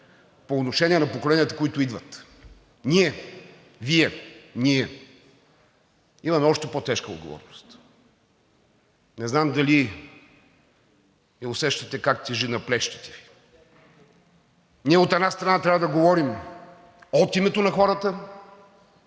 по отношение на поколенията, които идват? Ние, Вие – ние, имаме още по-тежка отговорност – не знам дали я усещате как тежи на плещите Ви. Ние, от една страна, трябва да говорим от името на хората,